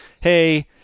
hey